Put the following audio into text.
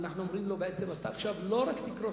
ואנחנו אומרים לו בעצם: אתה עכשיו לא רק תקרוס,